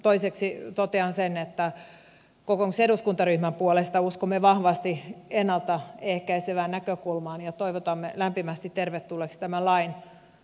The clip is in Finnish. toiseksi totean sen että kokoomuksen eduskuntaryhmän puolesta uskomme vahvasti ennalta ehkäisevään näkökulmaan ja toivotamme lämpimästi tervetulleeksi tämän lain